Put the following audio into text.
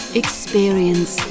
experience